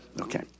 Okay